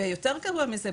ויותר גרוע מזה,